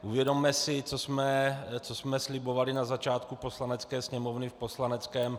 Uvědomme si, co jsme slibovali na začátku Poslanecké sněmovny v poslaneckém...